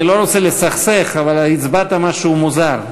אני לא רוצה לסכסך, אבל הצבעת משהו מוזר.